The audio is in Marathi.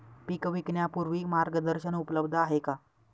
पीक विकण्यापूर्वी मार्गदर्शन उपलब्ध आहे का?